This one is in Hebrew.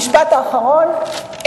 המשפט האחרון,